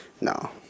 No